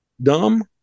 dumb